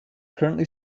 currently